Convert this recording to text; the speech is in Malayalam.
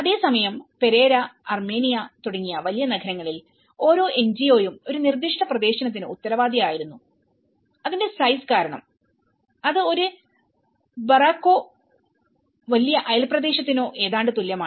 അതേസമയം പെരേര അർമേനിയ തുടങ്ങിയ വലിയ നഗരങ്ങളിൽ ഓരോ എൻജിഒയും ഒരു നിർദ്ദിഷ്ട പ്രദേശത്തിന് ഉത്തരവാദി ആയിരുന്നു അതിന്റെ സൈസ് കാരണം അത് ഒരു ബറോയ്ക്കോ വലിയ അയൽപ്രദേശത്തിനോ ഏതാണ്ട് തുല്യമാണ്